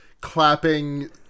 clapping